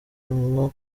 nko